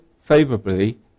favorably